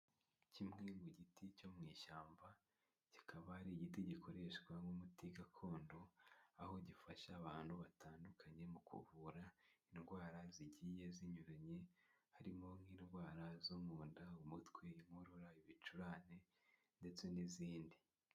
Kimwe mu giti cyo mu ishyamba kikaba ari igiti gikoreshwa nk'umuti gakondo aho gifasha abantu batandukanye mu kuvura indwara zigiye zinyuranye harimo nk'indwara zo mu nda, umutwe ,inkorora ,ibicurane ndetse n'izindi.